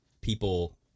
people